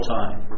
time